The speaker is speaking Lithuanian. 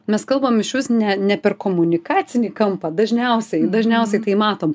mes kalbam išvis ne ne per komunikacinį kampą dažniausiai dažniausiai tai matom